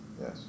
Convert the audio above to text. yes